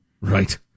Right